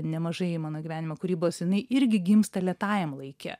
nemažai mano gyvenimo kūrybos jinai irgi gimsta lėtajam laike